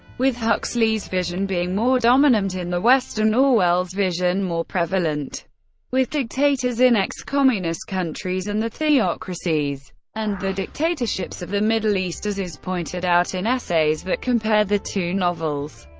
with huxley's vision being more dominant in the west and orwell's vision more prevalent with dictators in ex-communist countries and the theocracies and the dictatorships of the middle east, as is pointed out in essays that compare the two novels,